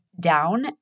down